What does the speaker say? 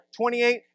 28